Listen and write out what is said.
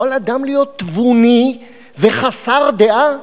יכול להיות אדם תבוני וחסר דעה?